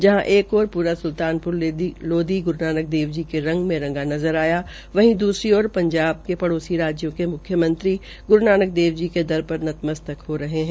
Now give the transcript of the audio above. जहां एक ओर पूरा सुल्तानपुर लोधी ग्रू नानक देव जी के रंग में रंगा नज़र आया वहीं दूसरी ओर ंजाब के ड़ोसी राज्य के मुख्यमंत्री गुरू नानक देव जी के दर र नतमस्त्क हो रहे है